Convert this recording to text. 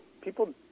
people